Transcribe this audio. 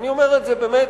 ואני אומר את זה באמת